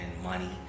money